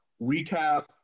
recap